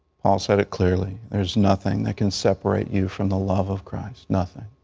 paul said it clearly, there's nothing that can separate you from the love of christ, nothing.